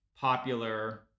Popular